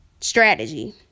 strategy